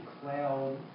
cloud